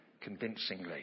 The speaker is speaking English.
convincingly